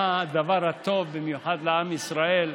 מה הדבר הטוב, במיוחד לעם ישראל.